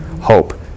hope